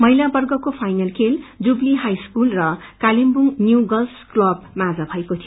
महिला वर्गको फाइनल खेल जुवली हाई स्कूल र कालेवुङ न्यू गर्ल्स क्लबम ाम्न भएको थियो